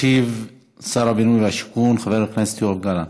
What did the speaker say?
ישיב שר הבינוי והשיכון חבר הכנסת יואב גלנט.